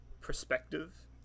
perspective